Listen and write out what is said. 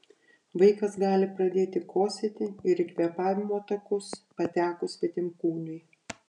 vaikas gali pradėti kosėti ir į kvėpavimo takus patekus svetimkūniui